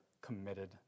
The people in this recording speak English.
committed